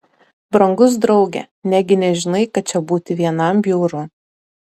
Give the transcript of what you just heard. brangus drauge negi nežinai kad čia būti vienam bjauru